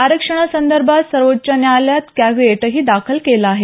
आरक्षणासंदर्भात सर्वोच्च न्यायालयात कॅव्हिएटही दाखल आहे